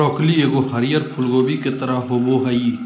broccoli एगो हरीयर फूल कोबी के तरह होबो हइ